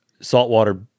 saltwater